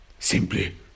Simply